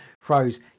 froze